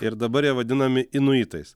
ir dabar jie vadinami inuitais